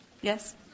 Yes